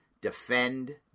Defend